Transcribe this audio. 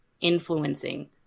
influencing